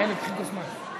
איילת, קחי את הזמן.